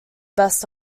best